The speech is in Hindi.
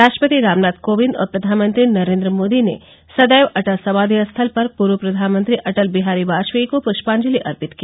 राष्ट्रपति रामनाथ कोविंद और प्रधानमंत्री नरेन्द्र मोदी ने सदैव अटल समाधि स्थल पर पूर्व प्रधानमंत्री अटल बिहारी वाजपेयी को पुष्पांजलि अर्पित की